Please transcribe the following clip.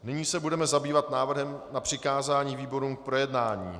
Nyní se budeme zabývat návrhem na přikázání výborům k projednání.